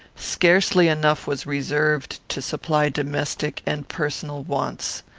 scarcely enough was reserved to supply domestic and personal wants.